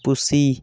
ᱯᱩᱥᱤ